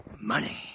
Money